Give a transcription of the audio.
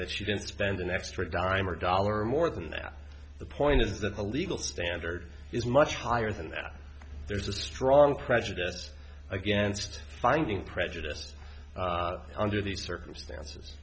that she didn't spend an extra dime or a dollar more than the point is that the legal standard is much higher than that there's a strong prejudice against finding prejudice under these circumstances